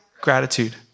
gratitude